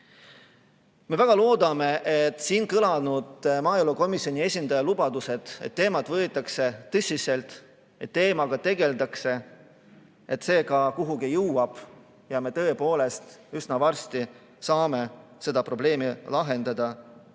Me väga loodame, et siin kõlanud maaelukomisjoni esindaja lubadused, et teemat võetakse tõsiselt, teemaga tegeldakse, et see ka jõuab kuhugi ning me üsna varsti saame selle probleemi lahendada